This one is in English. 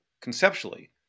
conceptually